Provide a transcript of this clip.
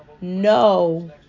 No